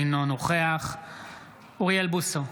אינו נוכח אוריאל בוסו,